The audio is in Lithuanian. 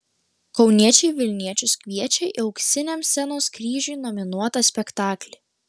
kauniečiai vilniečius kviečia į auksiniam scenos kryžiui nominuotą spektaklį